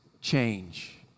change